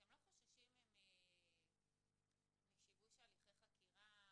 אתם לא חוששים משיבוש הליכי חקירה,